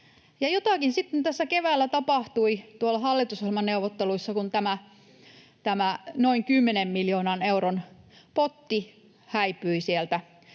Jotakin sitten tässä keväällä tapahtui tuolla hallitusohjelmaneuvotteluissa, kun tämä noin 10 miljoonan euron potti häipyi sieltä